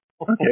Okay